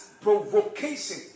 provocation